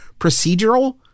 procedural